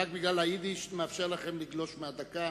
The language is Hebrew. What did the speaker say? רק בגלל היידיש אני מאפשר לכם לגלוש מהדקה,